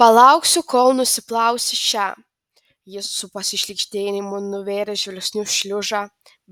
palauksiu kol nusiplausi šią jis su pasišlykštėjimu nuvėrė žvilgsniu šliužą